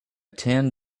tan